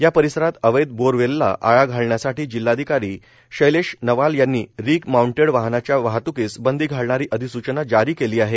या परिसरात अवध बोअरवेलला आळा घालण्यासाठी जिल्हाधिकारी शब्रेश नवाल यांनी रिग माऊंटेड वाहनाच्या वाहत्कीस बंदी घालणारी अधिसूचना जारी केली आहे